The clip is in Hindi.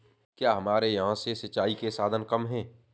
क्या हमारे यहाँ से सिंचाई के साधन कम है?